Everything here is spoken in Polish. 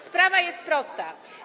Sprawa jest prosta.